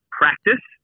practice